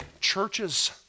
churches